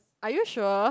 are you sure